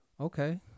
Okay